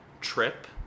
trip